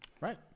Right